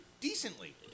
decently